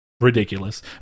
Ridiculous